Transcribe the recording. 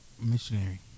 Missionary